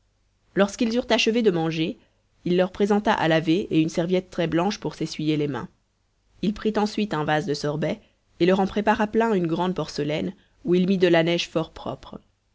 lorsqu'ils eurent achevé de manger il leur présenta à laver et une serviette très blanche pour s'essuyer les mains il prit ensuite un vase de sorbet et leur en prépara plein une grande porcelaine où il mit de la neige fort propre